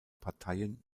parteien